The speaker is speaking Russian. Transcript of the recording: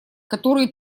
которые